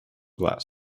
glass